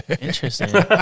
Interesting